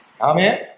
Amen